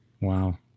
wow